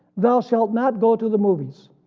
thou shalt not go to the movies,